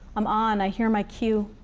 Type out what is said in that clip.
i'm on. i hear my cue.